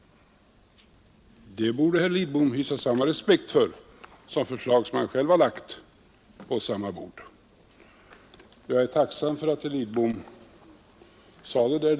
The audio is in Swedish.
Det borde statsrådet Lidbom visa samma respekt mot som mot förslag han själv har lagt på samma bord. Jag är tacksam för att herr Lidbom sade detta.